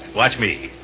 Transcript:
watch me,